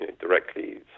directly